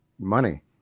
money